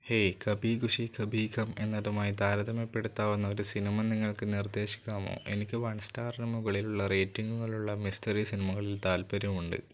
hey Kabhi Khushi Kabhi Gham എന്നതുമായി താരതമ്യപ്പെടുത്താവുന്ന ഒരു സിനിമ നിങ്ങൾക്ക് നിർദ്ദേശിക്കാമോ എനിക്ക് വൺ സ്റ്റാറിന് മുകളിലുള്ള റേറ്റിംഗുകളുള്ള മിസ്റ്ററി സിനിമകളിൽ താൽപ്പര്യമുണ്ട്